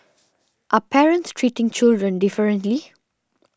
are parents treating children differently